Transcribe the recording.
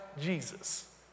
Jesus